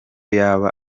yaba